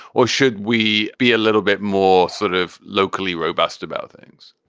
or should we be a little bit more sort of locally robust about things?